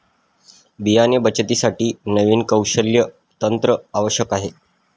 बियाणे बचतीसाठी नवीन कौशल्य तंत्र आवश्यक आहे